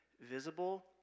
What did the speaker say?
Visible